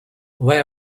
why